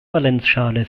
valenzschale